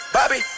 Bobby